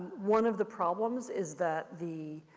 one of the problems is that the